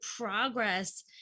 progress